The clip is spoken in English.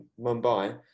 Mumbai